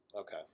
Okay